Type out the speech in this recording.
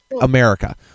america